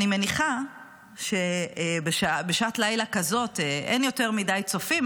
אני מניחה שבשעת לילה כזאת אין יותר מדי צופים,